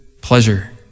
pleasure